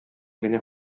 генә